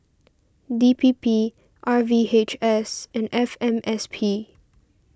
D P P R V H S and F M S P